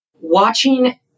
watching